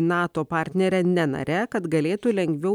nato partnere ne nare kad galėtų lengviau